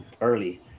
Early